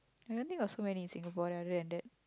I don't think got so many in Singapore other than that